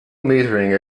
metering